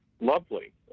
lovely